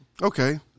Okay